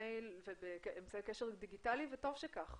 במייל ואמצעי קשר דיגיטליים וטוב שכך.